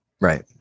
Right